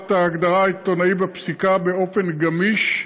ההגדרה "עיתונאי" בפסיקה באופן גמיש,